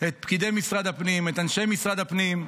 את פקידי משרד הפנים, את אנשי משרד הפנים,